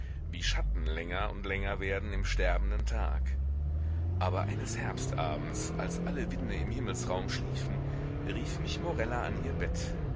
wie schatten länger und länger werden im sterbenden tag aber eines herbstabends als alle winde im himmelsraum schliefen rief mich morella an ihr bett